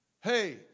Hey